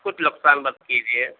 کچھ نقصان مت کیجیے